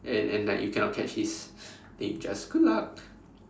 and and like you cannot catch his then you just screw up